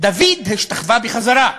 דוד השתחווה בחזרה,